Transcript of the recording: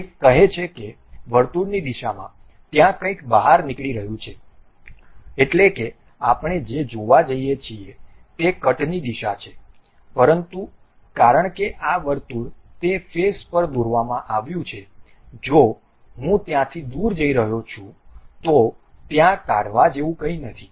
તે કહે છે કે વર્તુળની દિશામાં ત્યાં કંઈક બહાર નીકળી રહ્યું છે એટલે કે આપણે જે જોવા જઈએ છીએ તે કટની દિશા છે પરંતુ કારણ કે આ વર્તુળ તે ફેસ પર દોરવામાં આવ્યું છે જો હું ત્યાંથી દૂર જઈ રહ્યો છું તો ત્યાં કાઢવા જેવું કંઈ નથી